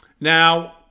Now